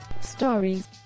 Stories